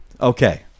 Okay